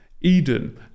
Eden